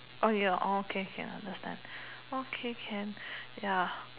on your okay okay understand okay can ya